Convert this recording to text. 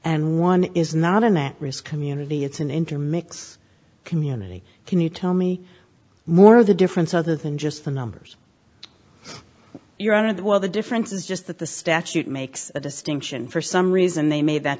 and one is not an at risk community it's an interim mix community can you tell me more of the difference other than just the numbers you're out of the well the difference is just that the statute makes a distinction for some reason they made that